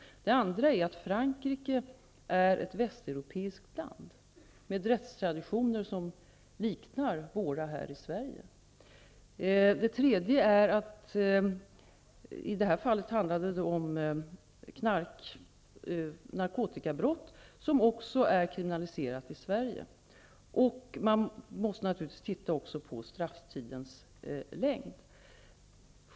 För det andra är Frankrike ett västeuropeiskt land med rättstraditioner som liknar dem vi har i För det tredje handlade det i detta fall om narkotikabrott, som också är kriminaliserat i Sverige. Man måste också se på strafftidens längd.